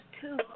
two